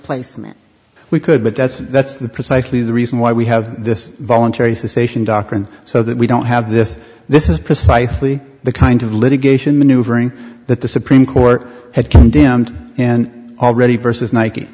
placement we could but that's that's the precisely the reason why we have this voluntary sation doctrine so that we don't have this this is precisely the kind of litigation maneuvering that the supreme court had condemned and already versus